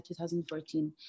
2014